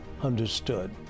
understood